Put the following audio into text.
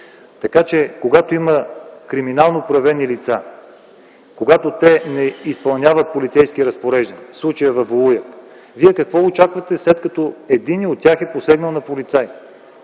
въпроси. Когато има криминално проявени лица, когато те не изпълняват полицейски разпореждания, случаят във Волуяк, Вие какво очаквате, след като единият от тях е посегнал на полицай?!